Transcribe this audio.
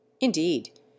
Indeed